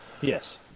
Yes